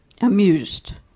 Amused